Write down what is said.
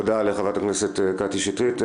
תודה לחברת הכנסת קטי שטרית.